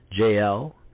JL